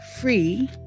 free